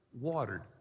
watered